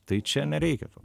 tai čia nereikia to